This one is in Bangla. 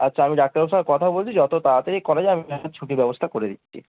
আচ্ছা আমি ডাক্তারবার কথা বলছি যত তাড়াতড়ি করায যায় আমি ছুটি ব্যবস্থা করে দিচ্ছি